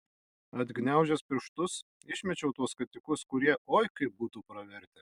atgniaužęs pirštus išmečiau tuos skatikus kurie oi kaip būtų pravertę